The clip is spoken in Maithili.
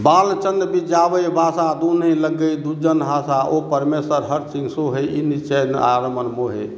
बालचंद्र बिज्जाबइ भाषा दुहू नहि लग्गइ दुज्जन हासा ओ परमेसर हर सिर सोहइ ई णिच्चई नाअर मन मोहइ